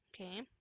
okay